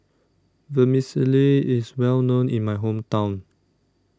Vermicelli IS Well known in My Hometown